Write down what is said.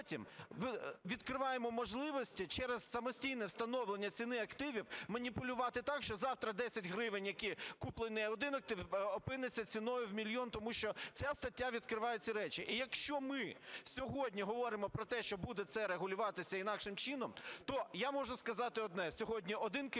відкриваємо можливості через самостійне встановлення ціни активів маніпулювати так, що завтра 10 гривень, які куплені один актив, опиняться ціною в мільйон, тому що ця стаття відкриває ці речі. І якщо ми сьогодні говоримо про те, що буде це регулюватися інакшим чином, то я можу сказати одне: сьогодні один керівник